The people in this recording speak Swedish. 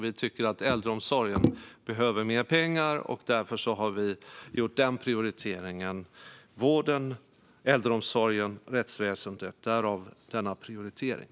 Vi tycker att äldreomsorgen behöver mer pengar, och därför har vi gjort den prioriteringen. Vården, äldreomsorgen och rättsväsendet - därav denna prioritering.